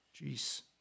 Jeez